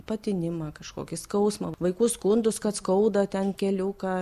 patinimą kažkokį skausmą vaikų skundus kad skauda ten keliuką